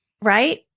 Right